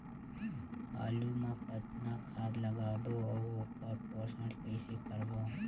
आलू मा कतना खाद लगाबो अउ ओकर पोषण कइसे करबो?